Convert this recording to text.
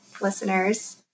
listeners